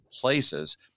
places